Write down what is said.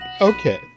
okay